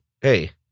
Hey